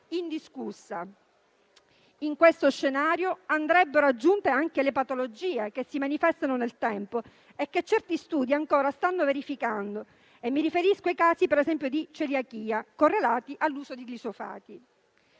indiscussa. In questo scenario, andrebbero aggiunte anche le patologie che si manifestano nel tempo e che certi studi ancora stanno verificando. Mi riferisco, ad esempio, ai casi di celiachia correlati all'uso di glifosati.